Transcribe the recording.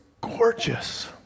gorgeous